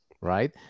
right